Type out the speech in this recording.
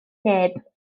neb